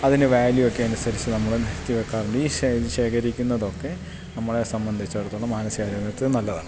അതിന്റെ വാല്യൂ ഒക്കെ അനുസരിച്ച് നമ്മൾ വെയ്ക്കാറുണ്ട് ഈ ശേഖരിക്കുന്നതൊക്കെ നമ്മളെ സംബന്ധിച്ചിടത്തോളം മാനസികാരോഗ്യത്തിന് നല്ലതാണ്